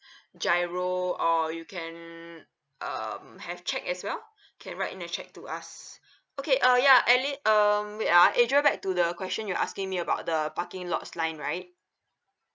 GIRO or you can um have check as well can write in a check to us okay uh ya and it um wait ah adriel back to the question you're asking me about the parking lots line right